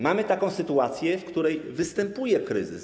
Mamy taką sytuację, w której występuje kryzys.